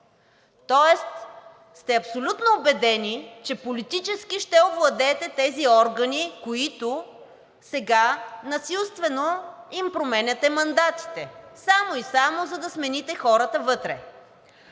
тоест сте абсолютно убедени, че политически ще овладеете тези органи, които сега насилствено им променяте мандатите само и само за да смените хората вътре.